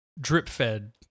drip-fed